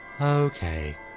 Okay